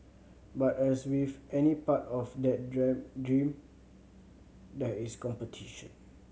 but as with any part of that dream there is competition